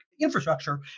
infrastructure